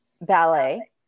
ballet